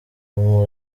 umu